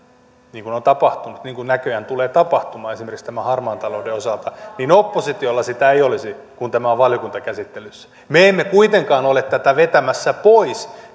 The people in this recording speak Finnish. niin kuin on tapahtunut ja niin kuin näköjään tulee tapahtumaan esimerkiksi tämän harmaan talouden osalta että oppositiolla sitä ei olisi kun tämä on valiokuntakäsittelyssä me emme kuitenkaan ole tätä vetämässä pois